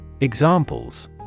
Examples